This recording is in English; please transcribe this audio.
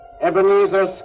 Ebenezer